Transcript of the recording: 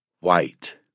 white